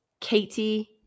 Katie